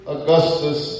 Augustus